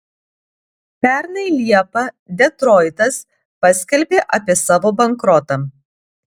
pernai liepą detroitas paskelbė apie savo bankrotą